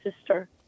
sister